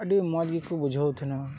ᱟᱹᱰᱤ ᱢᱚᱡ ᱜᱮᱠᱚ ᱵᱩᱡᱷᱟᱹᱣ ᱛᱟᱦᱮᱸᱱᱟ